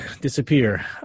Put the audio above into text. disappear